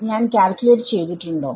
ഞാൻ കാൽക്യൂലേറ്റ് ചെയ്തിട്ടുണ്ടോ